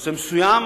לנושא מסוים,